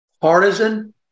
partisan